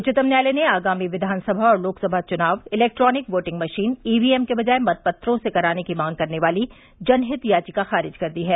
उच्चतम न्यायालय ने आगामी विधानसभा और लोकसभा चुनाव इलेक्ट्रॉनिक वोटिंग मशीन ईवीएम की बजाए मतपत्रों से कराने की मांग करने वाली जनहित याचिका खारिज कर दी है